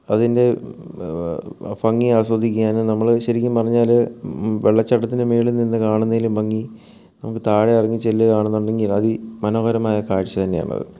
അതിൻ്റെ ഭംഗി ആസ്വദിക്കാനും നമ്മൾ ശരിക്കും പറഞ്ഞാൽ വെള്ളച്ചാട്ടത്തിൻ്റെ മുകളിൽ നിന്ന് കാണുന്നതിലും ഭംഗി നമുക്ക് താഴെ ഇറങ്ങി ചെല്ലുകയാണെന്നുണ്ടെങ്കിൽ അതിമനോഹരമായ കാഴ്ച തന്നെയാണത്